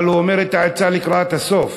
אבל הוא אומר את העצה לקראת הסוף,